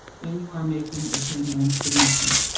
when you are making a genbank submission.